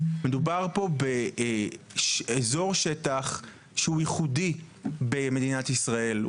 מדובר פה באזור שטח שהוא ייחודי במדינת ישראל,